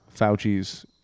Fauci's